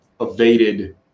evaded